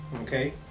Okay